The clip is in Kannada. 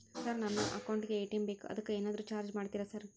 ಸರ್ ನನ್ನ ಅಕೌಂಟ್ ಗೇ ಎ.ಟಿ.ಎಂ ಬೇಕು ಅದಕ್ಕ ಏನಾದ್ರು ಚಾರ್ಜ್ ಮಾಡ್ತೇರಾ ಸರ್?